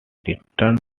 returned